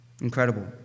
Incredible